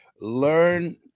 Learn